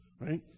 right